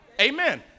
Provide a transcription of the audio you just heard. Amen